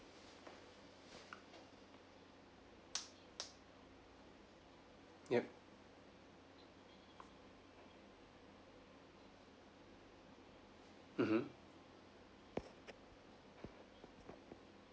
yup mmhmm